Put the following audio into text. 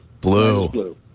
Blue